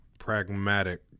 Pragmatic